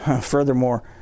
Furthermore